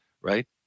right